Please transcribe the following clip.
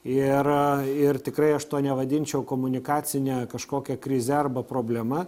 ir ir tikrai aš to nevadinčiau komunikacine kažkokia krize arba problema